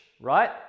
right